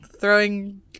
throwing